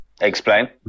Explain